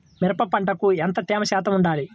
మిరప పంటకు ఎంత తేమ శాతం వుండాలి?